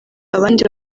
abandi